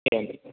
एवम्